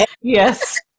Yes